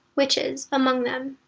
witches among them.